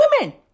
women